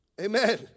Amen